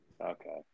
Okay